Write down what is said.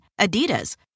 Adidas